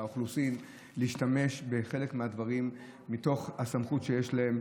האוכלוסין להשתמש בחלק מהדברים מתוך הסמכות שיש לה,